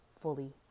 fully